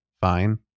fine